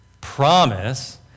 promise